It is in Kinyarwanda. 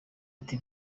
ati